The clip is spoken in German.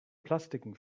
plastiken